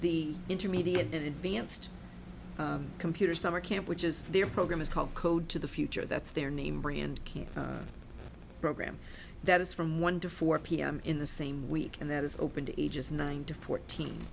the intermediate and advanced computers summer camp which is their program is called code to the future that's their name brand program that is from one to four pm in the same week and that is open to ages nine to fourteen